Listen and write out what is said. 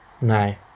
No